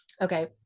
Okay